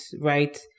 right